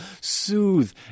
soothe